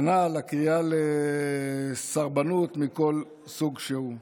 כנ"ל הקריאה לסרבנות מכל סוג שהוא.